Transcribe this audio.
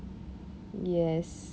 yes